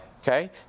Okay